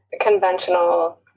conventional